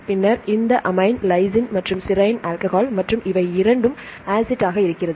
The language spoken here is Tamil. பின்னர் இந்த அமீன் லைசின் மற்றும் செரின் ஆல்கஹால் மற்றும் இவை இரண்டும் ஆசிட் ஆக இருக்கிறது